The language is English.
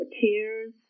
tears